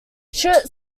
shirt